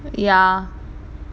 ya